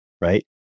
right